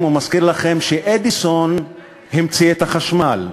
ומזכיר לכם שאדיסון המציא את החשמל,